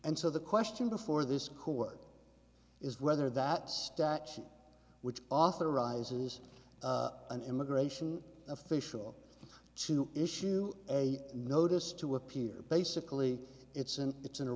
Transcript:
and so the question before this court is whether that statute which authorizes an immigration official to issue a notice to appear basically it's an it's an